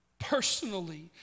personally